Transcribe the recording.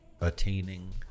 attaining